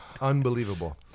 Unbelievable